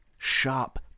sharp